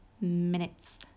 minutes